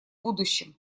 будущем